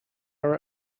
are